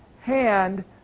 hand